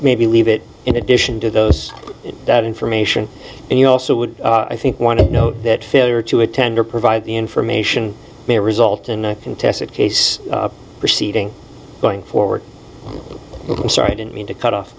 maybe leave it in addition to those that information and you also would i think want to note that failure to attend or provide the information may result in a contested case proceeding going forward i'm sorry i didn't mean to cut off